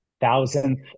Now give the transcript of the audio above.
thousandth